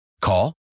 Call